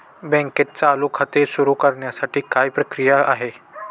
बँकेत चालू खाते सुरु करण्यासाठी काय प्रक्रिया आहे?